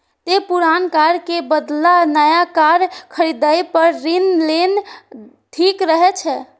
तें पुरान कार के बदला नया कार खरीदै पर ऋण लेना ठीक रहै छै